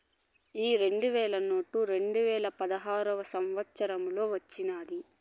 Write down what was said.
ఈ రెండు వేల నోటు రెండువేల పదహారో సంవత్సరానొచ్చినాది